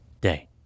day